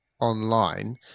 online